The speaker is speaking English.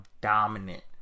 dominant